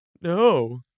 No